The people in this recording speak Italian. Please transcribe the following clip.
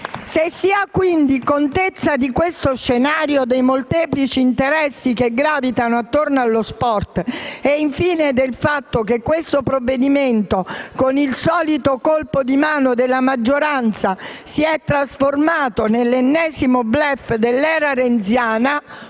Se si ha, quindi, contezza di questo scenario, dei molteplici interessi che gravitano attorno allo sport e, infine, del fatto che il provvedimento in esame, con il solito colpo di mano della maggioranza, si è trasformato nell'ennesimo *bluff* dell'era renziana